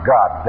God